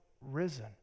risen